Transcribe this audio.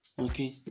Okay